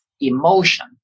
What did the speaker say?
emotion